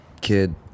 kid